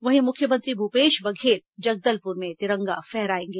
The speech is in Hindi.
वहीं मुख्यमंत्री भूपेश बघेल जगदलपुर में तिरंगा फहराएंगे